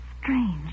strange